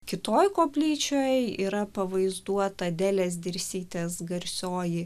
kitoj koplyčioj yra pavaizduota adelės dirsytės garsioji